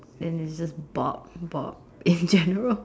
and it's just Bob Bob in general